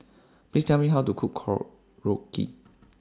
Please Tell Me How to Cook Korokke